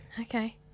Okay